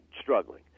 struggling